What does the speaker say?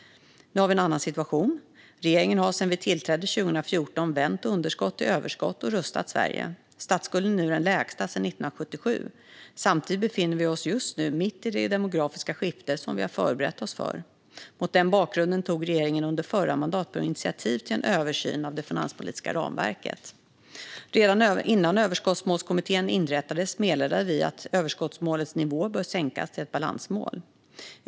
Nu har vi en annan situation. Regeringen har sedan vi tillträdde 2014 vänt underskott till överskott och rustat Sverige. Statsskulden är nu den lägsta sedan 1977. Samtidigt befinner vi oss just nu mitt i det demografiska skifte som vi har förberett oss för. Mot den bakgrunden tog regeringen under förra mandatperioden initiativ till en översyn av det finanspolitiska ramverket. Redan innan Överskottsmålskommittén inrättades meddelade vi att överskottsmålets nivå bör sänkas till ett balansmål.